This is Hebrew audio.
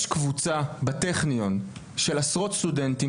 יש קבוצה בטכניון של עשרות סטודנטים